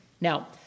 Now